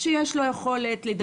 שיש לו יכולת לדבר.